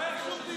לא יהיה שום דיון,